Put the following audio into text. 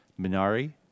Minari